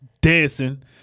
dancing